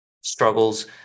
struggles